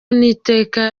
n’iteka